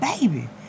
Baby